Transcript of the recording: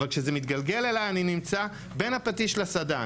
אבל כשזה מתגלגל אלי אני נמצא בין הפטיש לסדן